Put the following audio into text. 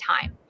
time